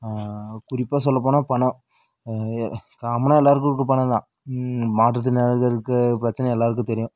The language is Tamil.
குறிப்பாக சொல்லப்போனால் பணம் காமனாக எல்லோருக்கும் இருக்குது பணம் தான் மாற்றுத்திறனாளிகளுக்கு இருக்க பிரச்சனை எல்லோருக்கும் தெரியும்